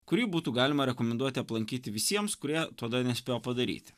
kurį būtų galima rekomenduoti aplankyti visiems kurie to dar nespėjo padaryti